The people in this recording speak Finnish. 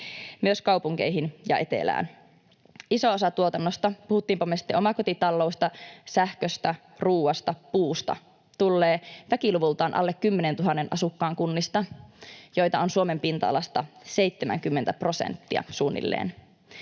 myös kaupunkeihin ja etelään. Iso osa tuotannosta, puhuttiinpa sitten omakotitaloista, sähköstä, ruoasta tai puusta, tulee väkiluvultaan alle 10 000 asukkaan kunnista, joita on Suomen pinta-alasta suunnilleen